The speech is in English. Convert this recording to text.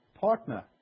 partner